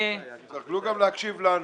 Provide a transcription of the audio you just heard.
תקשיבו גם לנו.